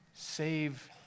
Save